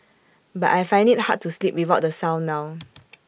but I find IT hard to sleep without the sound now